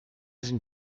sind